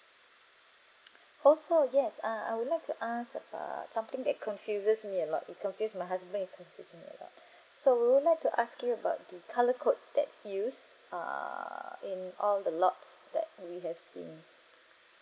also yes ah I would like to ask about something that confuses me a lot it confuse my husband and it confuse me a lot so we would like to ask you about the colour codes that's used err in all the lots that we have seen